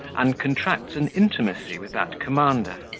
and contracts an intimacy with that commander.